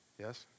Yes